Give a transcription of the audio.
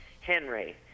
Henry